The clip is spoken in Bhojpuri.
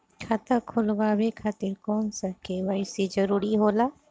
खाता खोलवाये खातिर कौन सा के.वाइ.सी जरूरी होला?